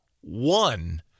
one